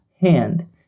hand